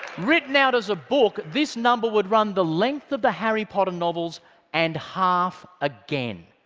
written out as a book, this number would run the length of the harry potter novels and half again.